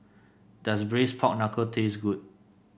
does Braised Pork Knuckle taste good